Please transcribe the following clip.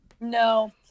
No